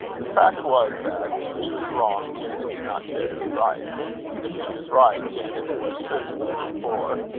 the fact was that, if he was wrong, janet did not care to be right and if he was right, janet was sure to be for,